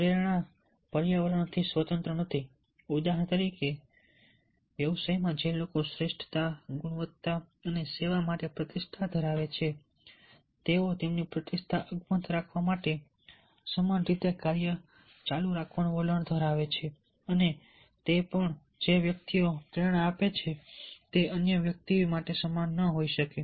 પ્રેરણા પર્યાવરણથી સ્વતંત્ર નથી ઉદાહરણ તરીકે વ્યવસાયમાં જે લોકો શ્રેષ્ઠતા ગુણવત્તા અને સેવા માટે પ્રતિષ્ઠા ધરાવે છે તેઓ તેમની પ્રતિષ્ઠા અકબંધ રાખવા માટે સમાન રીતે ચાલુ રાખવાનું વલણ ધરાવે છે અને તે પણ જે એક વ્યક્તિને પ્રેરણા આપે છે તે અન્ય વ્યક્તિ માટે સમાન ન હોઈ શકે